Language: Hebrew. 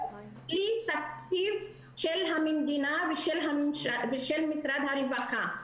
בלי תקציב של המדינה ושל משרד הרווחה.